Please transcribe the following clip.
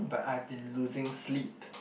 but I've been losing sleep